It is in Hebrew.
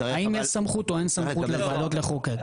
האם יש סמכות או אין סמכות לוועדות לחוקק?